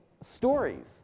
stories